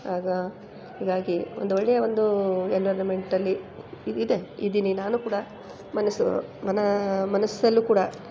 ಆಗ ಹೀಗಾಗಿ ಒಂದೊಳ್ಳೆಯ ಒಂದೂ ಎನ್ವೈರ್ನಮೆಂಟಲ್ಲಿ ಇದೆ ಇದ್ದೀನಿ ನಾನು ಕೂಡ ಮನಸ್ಸೋ ಮನಾ ಮನಸ್ಸಲ್ಲೂ ಕೂಡ